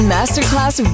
Masterclass